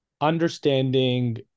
understanding